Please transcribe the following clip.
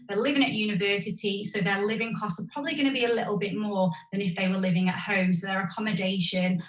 but living at university, so their living costs are probably going to be a little but more than if they were living at home. so their accommodation,